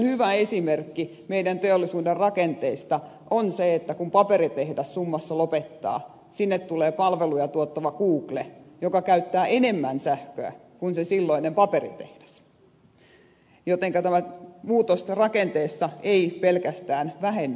hyvä esimerkki meidän teollisuutemme rakenteista on se että kun paperitehdas summassa lopettaa sinne tulee palveluja tuottava google joka käyttää enemmän sähköä kuin se silloinen paperitehdas jotenka tämä muutos rakenteessa ei pelkästään vähennä sähkönkulutusta